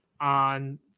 on